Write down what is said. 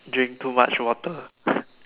drink too much water